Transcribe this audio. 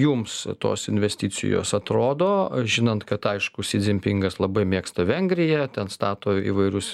jums tos investicijos atrodo žinant kad aišku si dzinpingas labai mėgsta vengriją ten stato įvairius